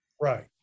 right